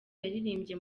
yaririmbye